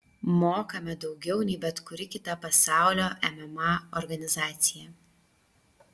mokame daugiau nei bet kuri kita pasaulio mma organizacija